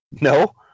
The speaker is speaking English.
No